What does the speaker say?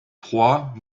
trois